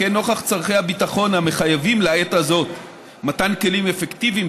וכן נוכח צורכי הביטחון המחייבים לעת הזאת מתן כלים אפקטיביים